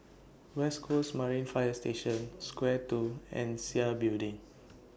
West Coast Marine Fire Station Square two and Sia Building